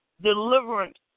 deliverance